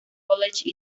college